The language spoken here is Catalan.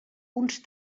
uns